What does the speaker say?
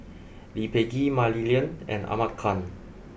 Lee Peh Gee Mah Li Lian and Ahmad Khan